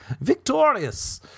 victorious